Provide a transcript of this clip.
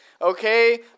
Okay